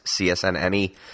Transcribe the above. CSNNE